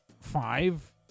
five